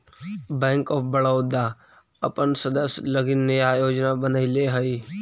bank of Baroda अपन सदस्य लगी नया योजना बनैले हइ